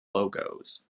logos